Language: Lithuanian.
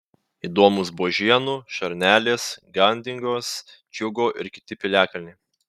įdomūs buožėnų šarnelės gandingos džiugo ir kiti piliakalniai